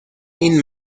این